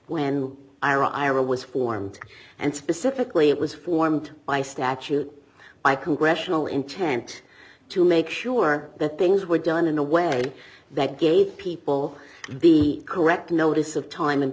new ira ira was formed and specifically it was formed by statute by congressional intent to make sure that things were done in a way that gave people the correct notice of time and